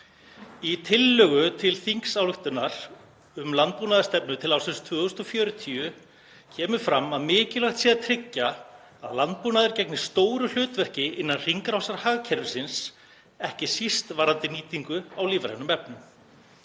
Í tillögu til þingsályktunar um landbúnaðarstefnu til ársins 2040 kemur fram að mikilvægt sé að tryggja að landbúnaður gegni stóru hlutverki innan hringrásarhagkerfisins, ekki síst varðandi nýtingu á lífrænum efnum.